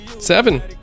seven